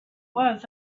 was